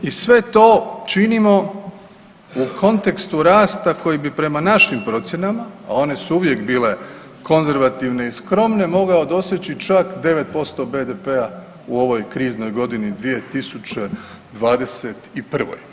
I sve to činimo u kontekstu rasta koji bi prema našim procjenama, a one su uvijek bile konzervativne i skromne mogao doseći čak 9% BDP-a u ovoj kriznoj godini 2021.